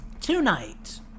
Tonight